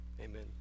amen